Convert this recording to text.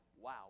wow